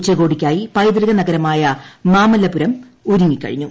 ഉച്ചകോടിയ്ക്കായി പൈതൃക നഗരമായ മാമല്ലപുരം ഒരുങ്ങിക്കഴിഞ്ഞു